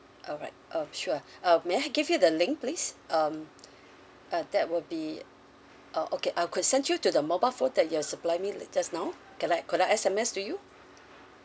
alright oh sure uh may I give you the link please um uh that will be uh okay I could send you to the mobile phone that you supplied me like just now can I could I S_M_S to you